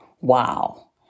Wow